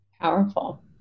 Powerful